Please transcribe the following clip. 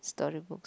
storybooks